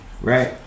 Right